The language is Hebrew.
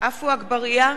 עפו אגבאריה,